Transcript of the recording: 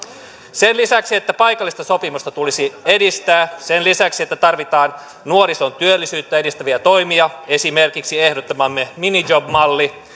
sen lisäksi että paikallista sopimista tulisi edistää sen lisäksi että tarvitaan nuorison työllisyyttä edistäviä toimia esimerkiksi ehdottamamme minijob malli